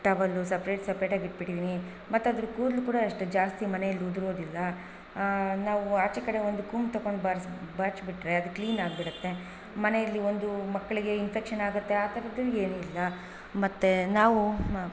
towel separate ಸಪ್ರೇಟಾಗಿ ಇಟ್ಬಿಟ್ಟಿದ್ದೀನಿ ಮತ್ತು ಅದ್ರದ್ದು ಕೂದಲು ಕೂಡ ಅಷ್ಟೇ ಜಾಸ್ತಿ ಮನೆಯಲ್ಲಿ ಉದರೋದಿಲ್ಲ ನಾವು ಆಚೆ ಕಡೆ ಒಂದು ಕೋಂಬ್ ತಗೊಂಡು ಬಾರ್ಸ್ ಬಾಚ್ಬಿಟ್ರೆ ಅದು ಕ್ಲೀನ್ ಆಗ್ಬಿಡುತ್ತೆ ಮನೆಯಲ್ಲಿ ಒಂದು ಮಕ್ಕಳಿಗೆ ಇನ್ಫೆಕ್ಷನ್ ಆಗುತ್ತೆ ಆ ಥರದ್ದು ಏನಿಲ್ಲ ಮತ್ತೆ ನಾವು